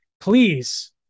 Please